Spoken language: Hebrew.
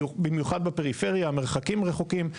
במיוחד בפריפריה, המרחקים רחוקים.